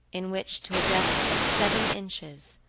in which to a depth of seven inches,